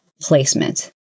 placement